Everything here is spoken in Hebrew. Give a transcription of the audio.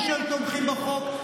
אמרו שהם תומכים בחוק.